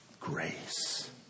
grace